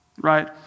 Right